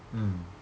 mm